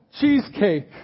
cheesecake